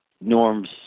norms